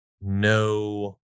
no